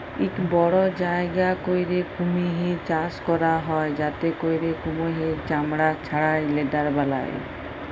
ইক বড় জায়গা ক্যইরে কুমহির চাষ ক্যরা হ্যয় যাতে ক্যইরে কুমহিরের চামড়া ছাড়াঁয় লেদার বালায়